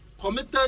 committed